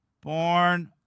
born